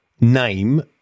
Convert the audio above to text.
name